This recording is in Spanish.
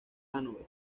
hannover